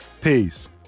Peace